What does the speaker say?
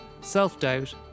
self-doubt